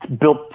Built